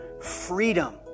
freedom